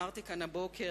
אמרתי כאן הבוקר,